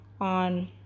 on